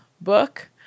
book